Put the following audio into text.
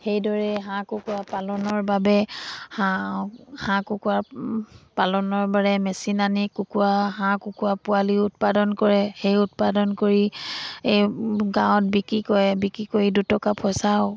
সেইদৰে হাঁহ কুকুৰা পালনৰ বাবে হাঁহ হাঁহ কুকুৰা পালনৰ বাবে মেচিন আনি কুকুৰা হাঁহ কুকুৰা পোৱালি উৎপাদন কৰে সেই উৎপাদন কৰি এই গাঁৱত বিক্ৰী কৰে বিক্ৰী কৰি দুটকা পইচা পাওঁ